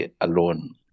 alone